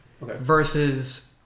versus